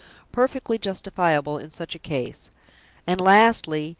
perfectly justifiable in such a case and, lastly,